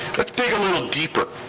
let's dig a little deeper.